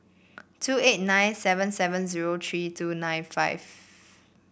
two eight nine seven seven zero tree two nine five